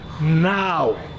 Now